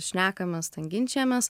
šnekamės ten ginčijamės